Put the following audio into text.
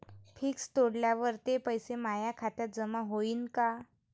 Fix तोडल्यावर ते पैसे माया खात्यात जमा होईनं का?